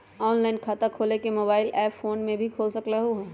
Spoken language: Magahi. ऑनलाइन खाता खोले के मोबाइल ऐप फोन में भी खोल सकलहु ह?